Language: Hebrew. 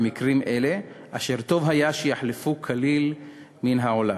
וטוב היה שיחלפו כליל מן העולם.